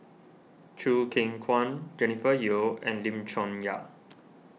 Choo Keng Kwang Jennifer Yeo and Lim Chong Yah